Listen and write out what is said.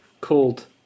called